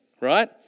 right